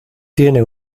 tiene